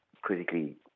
critically